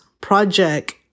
project